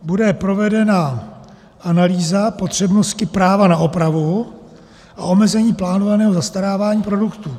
Bude provedena analýza potřebnosti práva na opravu a omezení plánovaného zastarávání produktů.